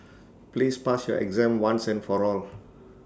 please pass your exam once and for all